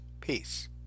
Peace